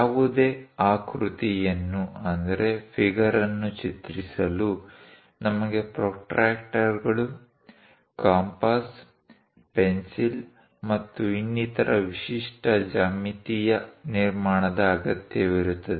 ಯಾವುದೇ ಆಕೃತಿಯನ್ನು ಚಿತ್ರಿಸಲು ನಮಗೆ ಪ್ರೊಟ್ರಾಕ್ಟರ್ಗಳು ಕಂಪಾಸ್ ಪೆನ್ಸಿಲ್ ಮತ್ತು ಇನ್ನಿತರ ವಿಶಿಷ್ಟ ಜ್ಯಾಮಿತೀಯ ನಿರ್ಮಾಣದ ಅಗತ್ಯವಿರುತ್ತದೆ